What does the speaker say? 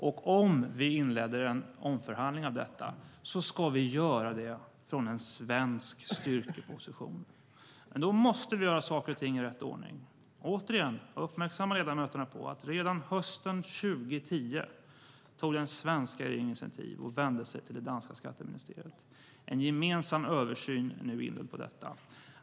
Om vi inleder en omförhandling av detta ska vi göra det från en svensk styrkeposition. Men då måste vi göra saker och ting i rätt ordning. Jag vill återigen uppmärksamma ledamöterna på att redan hösten 2010 tog den svenska regeringen initiativ och vände sig till det danska skatteministeriet. En gemensam översyn av detta är nu inledd.